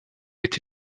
été